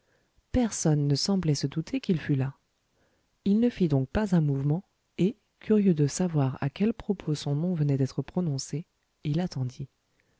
personne ne semblait se douter qu'il fût là il ne fit donc pas un mouvement et curieux de savoir à quel propos son nom venait d'être prononcé il attendit